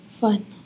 Fun